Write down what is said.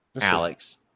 Alex